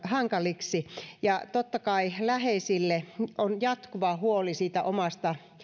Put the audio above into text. hankaliksi ja totta kai läheisillä on jatkuva huoli siitä